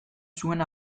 zuen